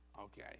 Okay